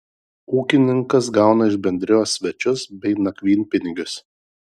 ūkininkas gauna iš bendrijos svečius bei nakvynpinigius